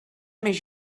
més